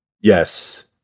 Yes